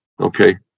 Okay